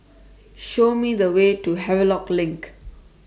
Show Me The Way to Havelock LINK